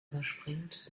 überspringt